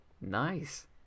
Nice